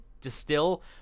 distill